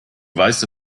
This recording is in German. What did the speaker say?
weiße